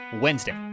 Wednesday